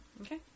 Okay